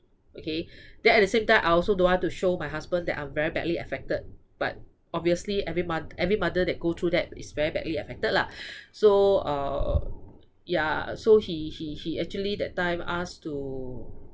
okay then at the same time I also don't want to show my husband that I'm very badly affected but obviously every moth~ every mother that go through that is very badly affected lah so uh ya so he he he actually that time asked to